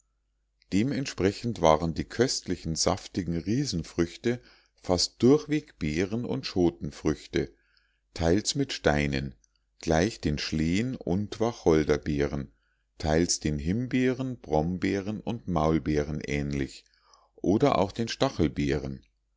dementsprechend waren die köstlichen saftigen riesenfrüchte fast durchweg beeren und schotenfrüchte teils mit steinen gleich den schlehen und wacholderbeeren teils den himbeeren brombeeren und maulbeeren ähnlich oder auch den stachelbeeren